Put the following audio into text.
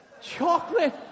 chocolate